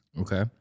Okay